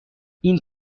این